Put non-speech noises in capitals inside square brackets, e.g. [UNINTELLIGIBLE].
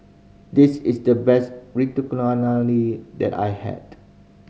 this is the best [UNINTELLIGIBLE] that I had